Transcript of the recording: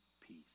peace